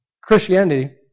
Christianity